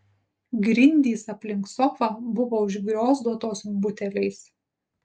grindys aplink sofą buvo užgriozdotos buteliais